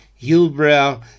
Hillbrow